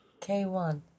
k1